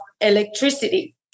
electricity